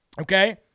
okay